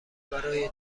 برای